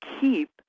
keep